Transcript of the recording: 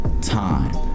time